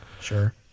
Sure